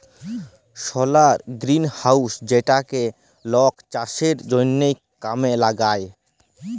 সলার greenhouse যেইটা লক চাষের জনহ কামে লাগায়